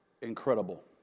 incredible